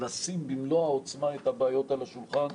לשים במלוא העצמה את הבעיות על השולחן,